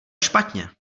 špatně